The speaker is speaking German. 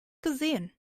gesehen